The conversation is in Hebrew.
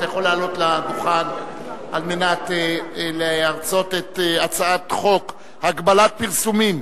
אתה יכול לעלות לדוכן כדי להרצות את הצעת חוק הגבלת פרסומים